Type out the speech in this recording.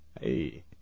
Hey